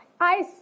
ICE